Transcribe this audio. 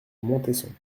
montesson